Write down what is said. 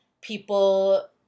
people